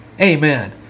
Amen